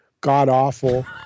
god-awful